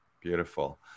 Beautiful